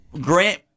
Grant